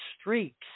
streaks